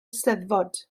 eisteddfod